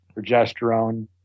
progesterone